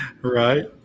Right